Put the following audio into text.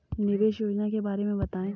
निवेश योजना के बारे में बताएँ?